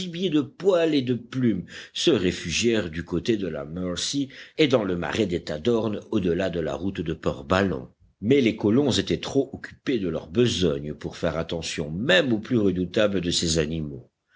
gibier de poil et de plume se réfugièrent du côté de la mercy et dans le marais des tadornes au delà de la route de port ballon mais les colons étaient trop occupés de leur besogne pour faire attention même aux plus redoutables de ces animaux